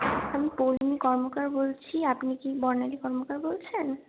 আমি পৌলমি কর্মকার বলছি আপনি কি বর্ণালী কর্মকার বলছেন